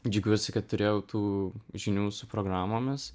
džiaugiuosi kad turėjau tų žinių su programomis